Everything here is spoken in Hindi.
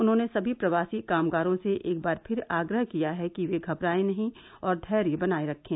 उन्होंने सभी प्रवासी कामगारों से एक बार फिर आग्रह किया कि वे घदराए नहीं और धैर्य बनाए रखें